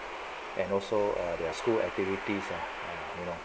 and also err their school activity ah you know